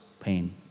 pain